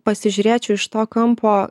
pasižiūrėčiau iš to kampo